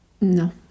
No